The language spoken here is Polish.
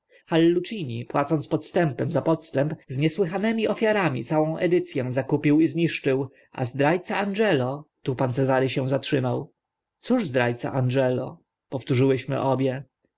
hallucini płacąc podstępem za podstęp z niesłychanymi ofiarami całą edyc ę zakupił i zniszczył a zdra ca angelo tu pan cezary się zatrzymał cóż zdra ca angelo powtórzyłyśmy obie